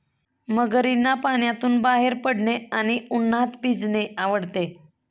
मगरींना पाण्यातून बाहेर पडणे आणि उन्हात भिजणे आवडते